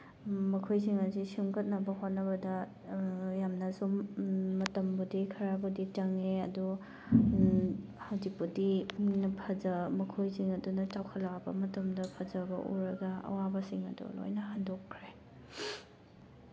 ꯃꯈꯣꯏꯁꯤꯡ ꯑꯁꯤ ꯁꯦꯝꯒꯠꯅꯕ ꯍꯣꯠꯅꯕꯗ ꯌꯥꯝꯅ ꯁꯨꯝ ꯃꯇꯝꯕꯨꯗꯤ ꯈꯔꯕꯨꯗꯤ ꯆꯪꯉꯦ ꯑꯗꯨ ꯍꯧꯖꯤꯛꯄꯨꯗꯤ ꯃꯈꯣꯏꯁꯤꯡ ꯑꯗꯨꯅ ꯆꯥꯎꯈꯠꯂꯛꯑꯕ ꯃꯇꯝꯗ ꯐꯖꯕ ꯎꯔꯒ ꯑꯋꯥꯕꯁꯤꯡ ꯑꯗꯨ ꯂꯣꯏꯅ ꯍꯟꯗꯣꯛꯈ꯭ꯔꯦ